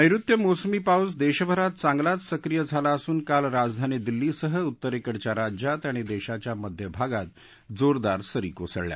नैऋत्य मोसमी पाऊस देशभरात चांगलाच सक्रिय झाला असून काल राजधानी दिल्लीसह उत्तरेकडच्या राज्यात आणि देशाच्या मध्य भागात जोरदार सरी कोसळल्या